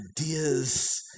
ideas